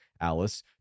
Alice